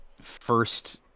First